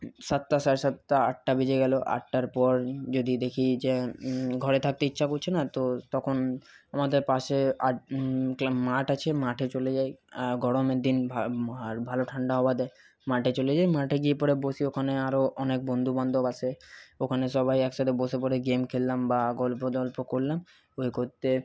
সাতটা সাড়ে সাতটা আটটা বেজে গেলো আটটার পর যদি দেখি যে ঘরে থাকতে ইচ্ছা করছে না তো তখন আমাদের পাশে মাঠ আছে মাঠে চলে যাই গরমের দিন ভালো ঠান্ডা হাওয়া দেয় মাঠে চলে যাই মাঠে গিয়ে পরে বসি ওখানে আরও অনেক বন্ধুবান্ধব আসে ওখানে সবাই একসাথে বসে পরে গেম খেললাম বা গল্প তল্প করলাম ওই করতে